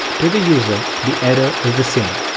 to the user, the error is the same.